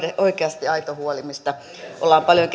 oikeasti aito huoli mistä ollaan paljon